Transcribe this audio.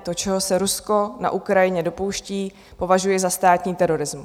To, čeho se Rusko na Ukrajině dopouští, považuji za státní terorismus.